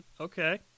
Okay